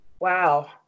Wow